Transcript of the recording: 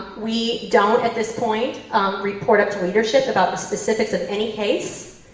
we don't at this point report to leadership about the specifics of any case.